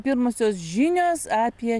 pirmosios žinios apie